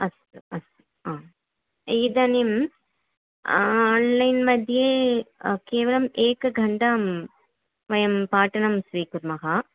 अस्तु अस्तु हा इदानीं आन्लैन्मध्ये केवलम् एकघण्टां वयं पाठनं स्वीकुर्मः